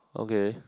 okay